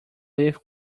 leave